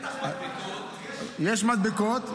יש מדבקות.